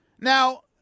Now